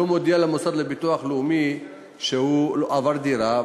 לא מודיע למוסד לביטוח לאומי שהוא עבר דירה,